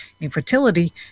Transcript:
infertility